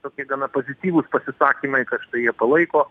tokie gana pozityvūs pasisakymai kad štai jie palaiko